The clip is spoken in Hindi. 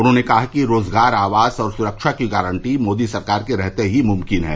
उन्होंने कहा कि रोजगार आवास और सुरक्षा की गारंटी मोदी सरकार के रहते ही मुमकिन है